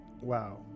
Wow